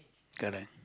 correct